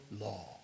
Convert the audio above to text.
law